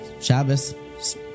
Shabbos